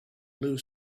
blue